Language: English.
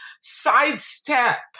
sidestep